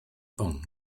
pon